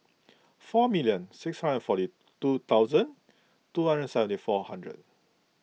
four million six five or forty two thousand two hundred and seventy four hundred